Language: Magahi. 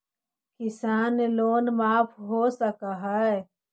किसान लोन माफ हो सक है?